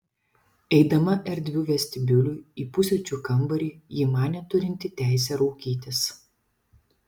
eidama erdviu vestibiuliu į pusryčių kambarį ji manė turinti teisę raukytis